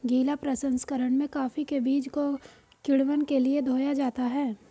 गीला प्रसंकरण में कॉफी के बीज को किण्वन के लिए धोया जाता है